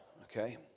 okay